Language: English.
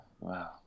Wow